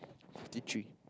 fifty three